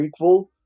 prequel